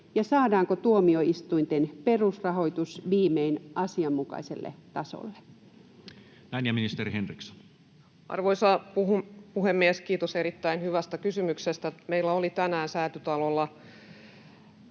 ja saadaanko tuomioistuinten perusrahoitus viimein asianmukaiselle tasolle? Näin. — Ja ministeri Henriksson. Arvoisa puhemies! Kiitos erittäin hyvästä kysymyksestä. Meillä oli tänään Säätytalolla